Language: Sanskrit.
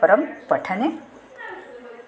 परम् पठने